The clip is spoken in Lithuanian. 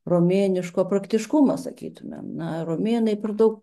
romėniško praktiškumo sakytumėm na romėnai per daug